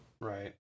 Right